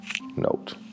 note